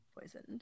poisoned